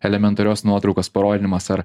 elementarios nuotraukos parodymas ar